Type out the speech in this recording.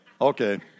Okay